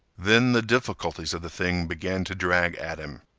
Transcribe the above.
then the difficulties of the thing began to drag at him.